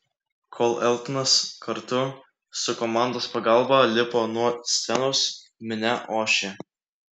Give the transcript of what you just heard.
kol eltonas kartu su komandos pagalba lipo nuo scenos minia ošė